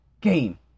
game